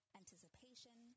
anticipation